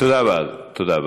תודה רבה.